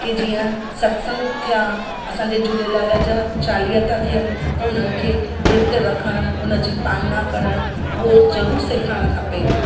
की जीअं सत्संगु थिया असांजे झूलेलाल जा चालीहा था थियनि त उन्हनि खे विर्तु रखणु उनजी पालना करणु उहो ज़रूरु सेखारणु खपे